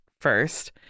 first